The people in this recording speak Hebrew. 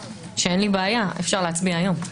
שאין לי בעיה אי אפשר להצביע היום.